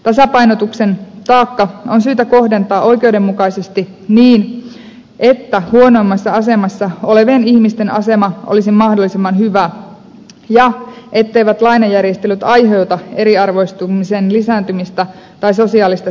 tasapainotuksen taakka on syytä kohdentaa oikeudenmukaisesti niin että huonoimmassa asemassa olevien ihmisten asema olisi mahdollisimman hyvä ja etteivät lainajärjestelyt aiheuta eriarvoistumisen lisääntymistä tai sosiaalista syrjäytymistä